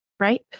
right